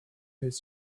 his